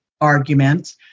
argument